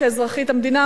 כאזרחית המדינה,